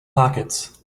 pockets